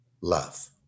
love